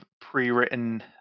pre-written